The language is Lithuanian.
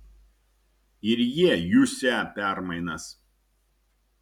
ir jie jusią permainas